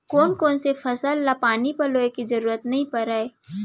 कोन कोन से फसल ला पानी पलोय के जरूरत नई परय?